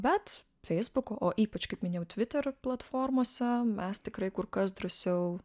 bet feisbuko o ypač kaip minėjau tviterio platformose mes tikrai kur kas drąsiau